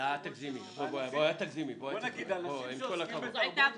זו היתה התלוצצות.